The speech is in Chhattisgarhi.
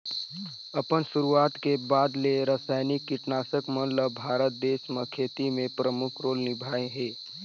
अपन शुरुआत के बाद ले रसायनिक कीटनाशक मन ल भारत देश म खेती में प्रमुख रोल निभाए हे